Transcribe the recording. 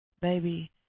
baby